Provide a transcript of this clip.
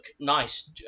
Nice